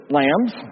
lambs